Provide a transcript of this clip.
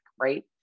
right